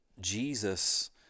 jesus